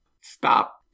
stop